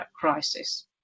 crisis